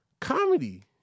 Comedy